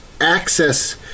access